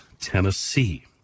Tennessee